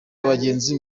abagenzi